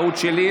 טעות שלי,